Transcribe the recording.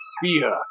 fear